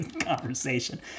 Conversation